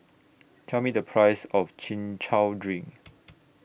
Tell Me The Price of Chin Chow Drink